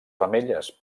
femelles